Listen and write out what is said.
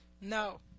No